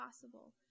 possible